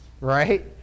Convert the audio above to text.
right